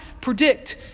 predict